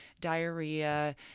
diarrhea